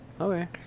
Okay